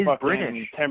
British